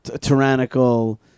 tyrannical